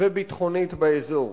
וביטחונית באזור.